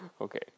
Okay